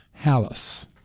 Hallis